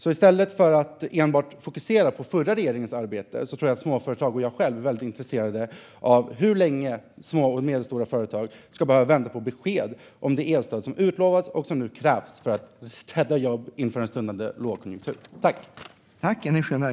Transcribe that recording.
I stället för att fokusera på den förra regeringens arbete, kan ministern berätta för småföretagarna och mig hur länge små och medelstora företag måste vänta på besked om det elstöd som utlovats och som nu krävs för att rädda jobb inför en stundande lågkonjunktur?